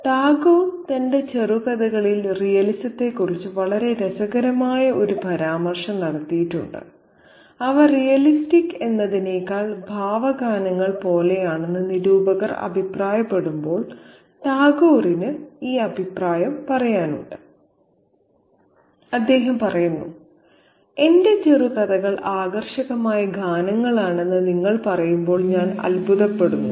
ടാഗോർ തന്റെ ചെറുകഥകളിൽ റിയലിസത്തെക്കുറിച്ച് വളരെ രസകരമായ ഒരു പരാമർശം നടത്തിയിട്ടുണ്ട് അവ റിയലിസ്റ്റിക് എന്നതിനേക്കാൾ ഭാവഗാനങ്ങൾ പോലെയാണെന്ന് നിരൂപകർ അഭിപ്രായപ്പെടുമ്പോൾ ടാഗോറിന് ഈ അഭിപ്രായം പറയാനുണ്ട് അദ്ദേഹം പറയുന്നു "എന്റെ ചെറുകഥകൾ ആകർഷകമായ ഗാനങ്ങളാണെന്ന് നിങ്ങൾ പറയുമ്പോൾ ഞാൻ അത്ഭുതപ്പെടുന്നു